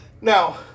Now